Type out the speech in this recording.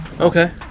Okay